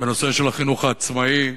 בנושא החינוך העצמאי.